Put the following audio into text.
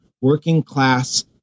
working-class